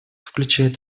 включает